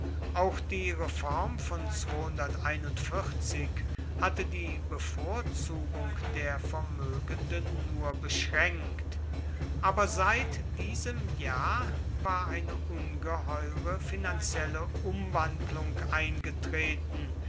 auch die reform von hatte die bevorzugung der vermögenden nur beschränkt aber seit diesem jahr war eine ungeheure finanzielle umwandlung eingetreten